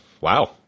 Wow